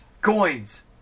coins